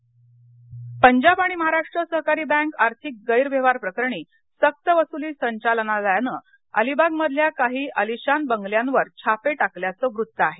P M C Punjab आणि महाराष्ट्र सहकारी bank आर्थिक गैरव्यवहार प्रकरणी सक्त वसुली संघालनालयानं अलिबाग मधल्या काही अलिशान बंगल्यांवर छापे टाकल्याचं वृत्त आहे